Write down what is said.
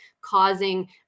causing